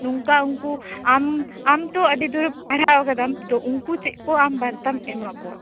ᱱᱚᱝᱠᱟ ᱩᱱᱠᱩ ᱟᱢ ᱟᱢᱛᱚ ᱟ ᱰᱤ ᱫᱷᱩᱨᱮᱢ ᱯᱟᱲᱦᱟᱣᱟᱠᱟᱫᱟᱢ ᱛᱚ ᱩᱱᱠᱩ ᱟᱢ ᱪᱮᱫᱠᱚ ᱵᱟᱨᱛᱟᱢ ᱮᱢᱟᱠᱚᱣᱟ